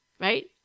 right